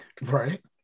Right